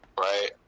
right